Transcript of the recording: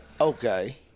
okay